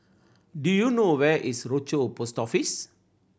do you know where is Rochor Post Office